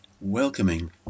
Welcoming